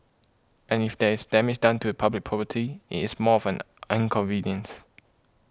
and if there is damage done to a public property it is more of an